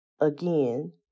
again